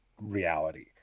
reality